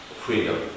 freedom